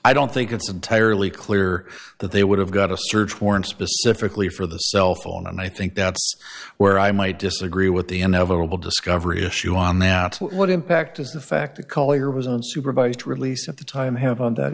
i don't think it's entirely clear that they would have got a search warrant specifically for the cell phone and i think that's where i might disagree with the inevitable discovery issue on their what impact is the fact that color was unsupervised release at the time have